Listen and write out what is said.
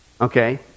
okay